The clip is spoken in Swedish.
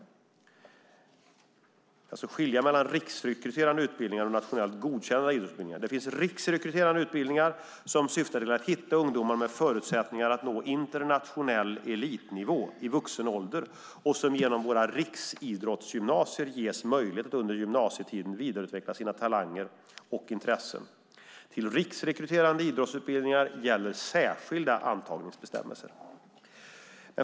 Det gäller att skilja mellan riksrekryterande idrottsutbildningar och nationellt godkända idrottsutbildningar. Riksrekryterande idrottsutbildningar syftar till att hitta ungdomar som har förutsättningar att nå internationell elitnivå i vuxen ålder och genom våra riksidrottsgymnasier ge dem möjlighet att under gymnasietiden vidareutveckla sina talanger och intressen. Till riksrekryterande idrottsutbildningar gäller särskilda antagningsbestämmelser.